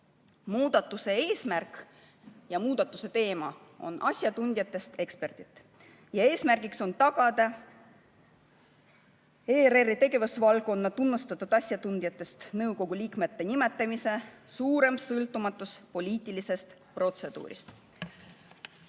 Muudatuse eesmärk ja muudatuse teema on asjatundjatest eksperdid. Eesmärgiks on tagada ERR‑i tegevusvaldkonna tunnustatud asjatundjatest nõukogu liikmete nimetamise suurem sõltumatus poliitilisest protseduurist.